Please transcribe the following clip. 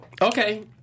Okay